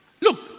Look